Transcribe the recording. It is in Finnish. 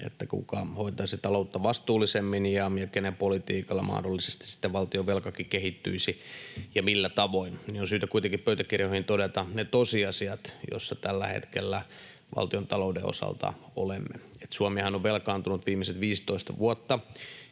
siitä, kuka hoitaisi taloutta vastuullisemmin ja kenen politiikalla mahdollisesti sitten valtionvelkakin kehittyisi ja millä tavoin. On syytä kuitenkin pöytäkirjoihin todeta ne tosiasiat, joissa tällä hetkellä valtiontalouden osalta olemme. Suomihan on velkaantunut viimeiset 15 vuotta